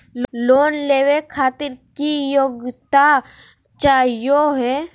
Loan लेवे खातीर की योग्यता चाहियो हे?